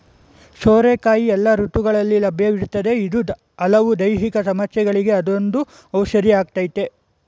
ಸೋರೆಕಾಯಿ ಎಲ್ಲ ಋತುಗಳಲ್ಲಿ ಲಭ್ಯವಿರ್ತದೆ ಇದು ಹಲವು ದೈಹಿಕ ಸಮಸ್ಯೆಗಳಿಗೆ ಅದೊಂದು ಔಷಧಿಯಾಗಯ್ತೆ